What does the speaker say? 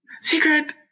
secret